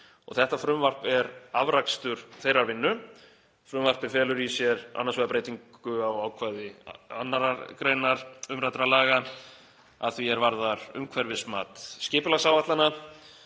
Þetta frumvarp er afrakstur þeirrar vinnu. Frumvarpið felur í sér annars vegar breytingu á ákvæði 2. gr. umræddra laga að því er varðar umhverfismat skipulagsáætlana.